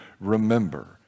remember